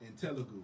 Telugu